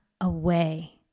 away